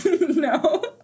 No